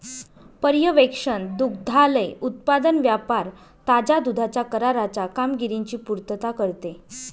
पर्यवेक्षण दुग्धालय उत्पादन व्यापार ताज्या दुधाच्या कराराच्या कामगिरीची पुर्तता करते